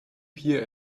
here